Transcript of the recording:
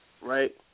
right